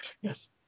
Yes